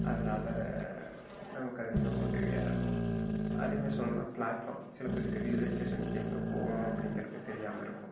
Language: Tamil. அதனால் நமக்கு அது மிகவும் உதவியாக இருக்கும் அதே மாதிரி சொல்லணுன்னால் பிளாட்ஃபார்ம் சில பேருத்துக்கு ரயில்வே ஸ்டேஷனுக்கு எங்கே போகணும் அப்படிங்கிறது தெரியாமல் இருக்கும்